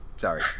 sorry